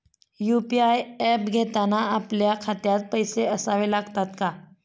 UPI app घेताना आपल्या खात्यात पैसे असावे लागतात का?